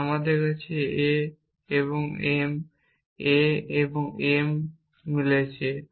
কারণ আমার কাছে এটি a এবং m a এবং m মিলছে